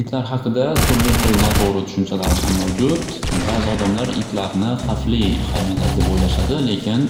Itlar haqida turli xil noto'g'ri tushunchalar ham mavjud bazi odamlar itlarni xavfli xayvonlar deb o'ylashadi lekin